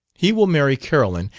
he will marry carolyn,